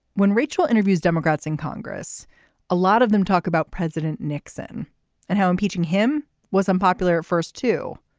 when rachel interviews democrats in congress a lot of them talk about president nixon and how impeaching him was unpopular first too.